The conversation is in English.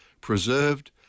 preserved